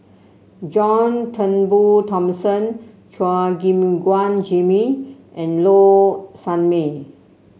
John Turnbull Thomson Chua Gim Guan Jimmy and Low Sanmay